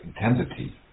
intensity